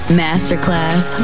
masterclass